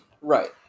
right